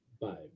Bye